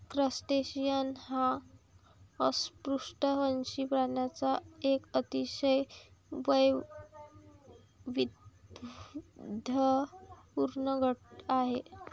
crustacean हा अपृष्ठवंशी प्राण्यांचा एक अतिशय वैविध्यपूर्ण गट आहे